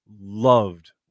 Loved